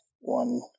One